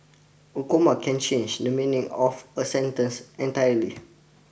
a comma can change the meaning of a sentence entirely